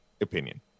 opinion